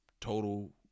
total